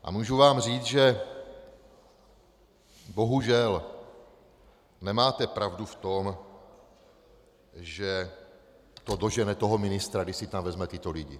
A mohu vám říct, že bohužel nemáte pravdu v tom, že to dožene toho ministra, když si tam vezme tyto lidi.